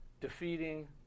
defeating